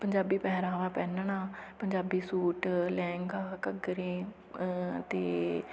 ਪੰਜਾਬੀ ਪਹਿਰਾਵਾ ਪਹਿਨਣਾ ਪੰਜਾਬੀ ਸੂਟ ਲਹਿੰਗਾ ਘੱਗਰੇ ਅਤੇ